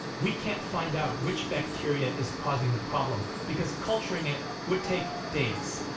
we can't find out which bacteria is causing the problem because culturing it would take days.